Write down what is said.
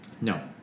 No